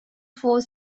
four